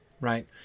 right